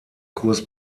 kurs